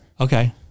Okay